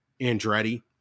Andretti